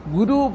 Guru